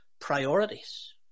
priorities